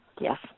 Yes